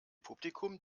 publikum